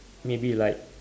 maybe like